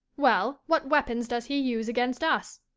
well, what weapons does he use against us?